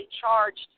charged